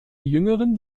jüngeren